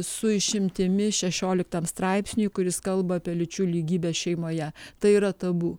su išimtimi šešioliktam straipsniui kuris kalba apie lyčių lygybę šeimoje tai yra tabu